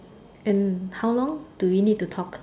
and how long do we need to talk